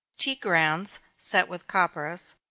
tea grounds, set with copperas,